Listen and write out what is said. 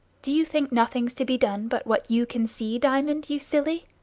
do you think nothing's to be done but what you can see, diamond, you silly!